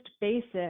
basic